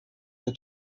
que